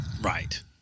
Right